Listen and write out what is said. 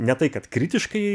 ne tai kad kritiškai